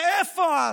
ואיפה את,